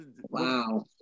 Wow